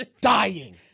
dying